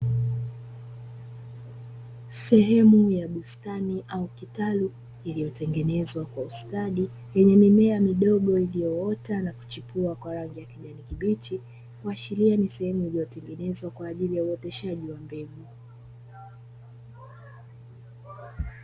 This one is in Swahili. Sehemu ya bustani au kitalu iliyotengenezwa kwa ustadi lenye mimea midogo iliyoota na kuchipua kwa rangi ya kijani kibichi. Kuashiria kuwa ni sehemu iliyotengwa kwa ajili ya uoteshaji wa mbegu.